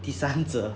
第三者